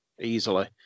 easily